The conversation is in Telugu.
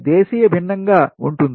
దేశీయ భిన్నంగా ఉంటుంది